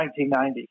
1990